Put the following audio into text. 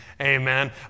amen